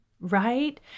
right